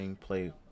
play